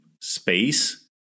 space